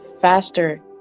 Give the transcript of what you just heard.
faster